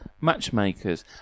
matchmakers